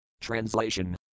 Translation